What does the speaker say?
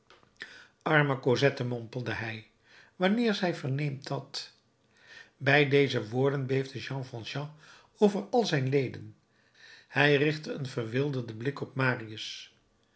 cosette mompelde hij wanneer zij verneemt dat bij deze woorden beefde jean valjean over al zijn leden hij richtte een verwilderden blik op marius